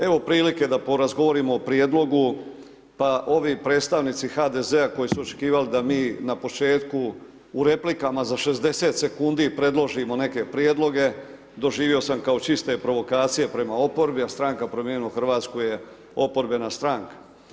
Evo prilike da porazgovaramo o prijedlogu pa ovi predstavnici HDZ-a koji su očekivali da mi na početku u replikama za 60 sekundi predložimo neke prijedloge doživio sam kao čiste provokacije prema oporbi, a stranka Promijenimo Hrvatsku je oporbena stranka.